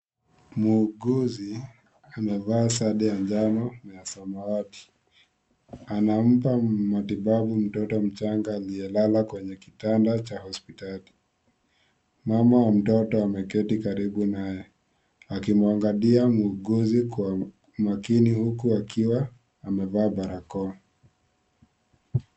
Muuguzi, amevaa sada ya njano na ya samawati. Anampa matibabu mtoto mchanga aliyelala kwenye kitanda cha hospitali. Mama wa mtoto ameketi karibu naye akimwangalia muuguzi kwa makini huku akiwa amevaa barakoa.